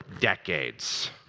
decades